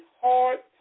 hard